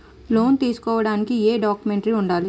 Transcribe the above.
Loan తీసుకోడానికి ఏయే documents వుండాలి?